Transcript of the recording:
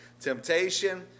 temptation